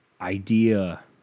idea